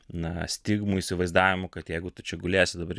na stigmų įsivaizdavimų kad jeigu tu čia gulėsi dabar